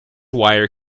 wire